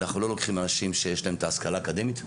אנחנו לא לוקחים אנשים שיש להם את ההשכלה האקדמית בהכרח.